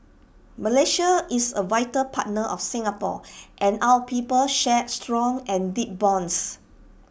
Malaysia is A vital partner of Singapore and our peoples share strong and deep bonds